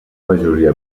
majoria